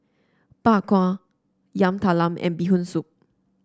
Bak Kwa Yam Talam and Bee Hoon Soup